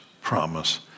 promise